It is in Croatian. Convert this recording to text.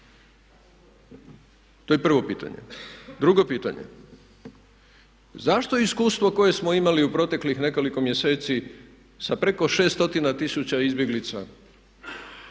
To je prvo pitanje. Drugo pitanje, zašto iskustvo koje smo imali u proteklih nekoliko mjeseci sa preko 600 tisuća izbjeglica